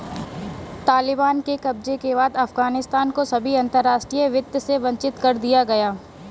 तालिबान के कब्जे के बाद अफगानिस्तान को सभी अंतरराष्ट्रीय वित्त से वंचित कर दिया गया